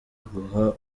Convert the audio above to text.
guha